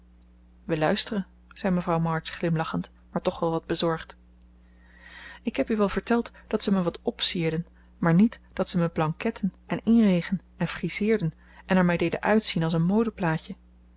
wij luisteren zei mevrouw march glimlachend maar toch wel wat bezorgd ik heb u wel verteld dat ze mij wat opsierden maar niet dat ze me blanketten en inregen en friseerden en er mij deden uitzien als een